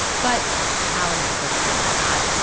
but allen isn't so concerned about that.